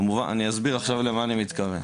אני אסביר למה אני מתכוון.